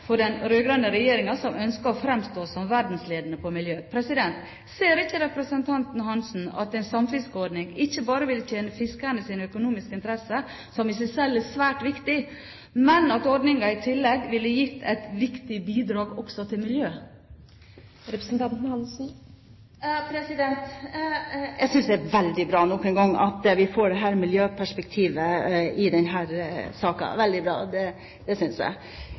for den rød-grønne regjeringen, som ønsker å fremstå som verdensledende innen miljø. Ser ikke representanten Hansen at en samfiskeordning ikke bare ville tjene fiskernes økonomiske interesser, som i seg sjøl er svært viktig, men at ordningen i tillegg ville gitt et viktig bidrag til miljøet? Jeg synes det er veldig bra at vi får dette miljøperspektivet i denne saken – det er veldig bra. Da denne ordningen kom, var dét faktisk ikke det